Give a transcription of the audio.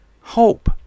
hope